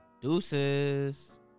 Deuces